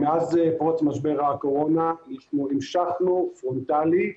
מאז פרוץ משבר הקורונה המשכנו פרונטלית,